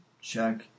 check